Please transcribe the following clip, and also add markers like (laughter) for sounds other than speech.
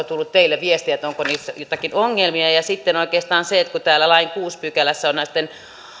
(unintelligible) tullut teille viestiä onko niissä joitakin ongelmia ja ja sitten kun täällä lain kuudennessa pykälässä on näitten